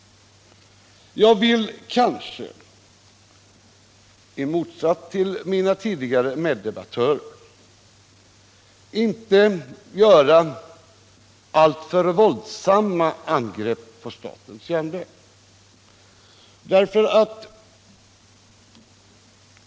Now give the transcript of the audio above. Jag vill kanske, i motsats till mina föregående meddebattörer, inte göra alltför våldsamma angrepp på statens järn vägar.